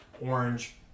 orange